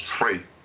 free